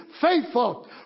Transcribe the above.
faithful